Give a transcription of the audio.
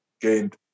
gained